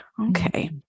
Okay